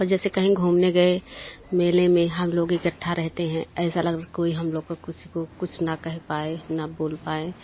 और जैसे कहीं घूमने गए मेले में हम लोग इकट्ठा रहते हैं ऐसा लगा कोई हम लोग को किसी को कुछ ना कह पाए ना बोल पाए